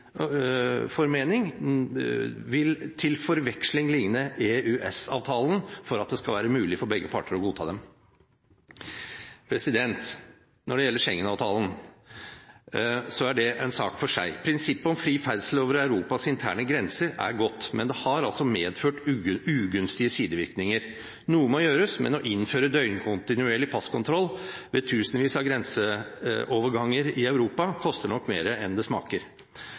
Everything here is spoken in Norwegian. til forveksling ligne EØS-avtalen for at det skal være mulig for begge parter å godta dem. Når det gjelder Schengen-avtalen, er det en sak for seg. Prinsippet om fri ferdsel over Europas interne grenser er godt, men det har altså medført ugunstige sidevirkninger. Noe må gjøres, men å innføre døgnkontinuerlig passkontroll ved tusenvis av grenseoverganger i Europa koster nok mer enn det smaker.